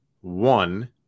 one